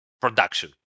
production